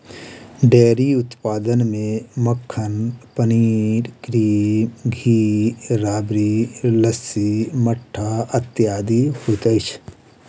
dairy उत्पाद मे मक्खन, पनीर, क्रीम, घी, राबड़ी, लस्सी, मट्ठा इत्यादि होइत अछि